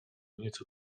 nieco